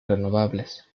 renovables